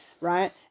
right